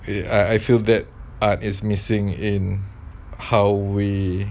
I I feel that art is missing in how we